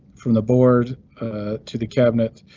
from the board to the cabinet,